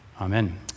Amen